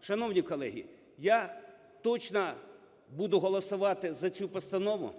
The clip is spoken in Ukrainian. Шановні колеги, я точно буду голосувати за цю постанову.